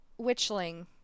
witchling